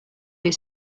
est